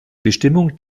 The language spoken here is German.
bestimmung